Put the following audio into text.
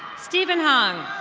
steven hang.